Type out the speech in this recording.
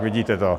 Vidíte to.